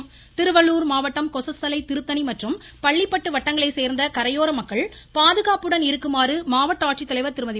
திருவள்ளுர் திருவள்ளுர் மாவட்டம் கொசஸ்தலை திருத்தணி மற்றும் பள்ளிப்பட்டு வட்டங்களை சேர்ந்த கரையோர மக்கள் பாதுகாப்புடன் இருக்குமாறு மாவட்ட ஆட்சித்தலைவர் திருமதி